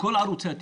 כל ערוצי התקשורת.